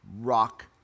rock